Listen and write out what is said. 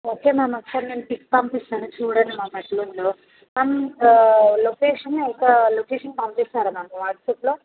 okay ma'am ఒకసారి నేను pic పంపిస్తాను చూడండి మ్యామ్ ఫస్ట్ ఎట్ల ఉందో మ్యామ్ లొకేషను ఒక లొకేషన్ పంపిస్తారా మ్యామ్ వాట్సాప్లో